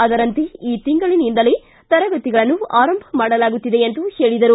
ಅದರಂತೆ ಈ ತಿಂಗಳಿನಿಂದಲೇ ತರಗತಿಗಳನ್ನು ಆರಂಭ ಮಾಡಲಾಗುತ್ತಿದೆ ಎಂದರು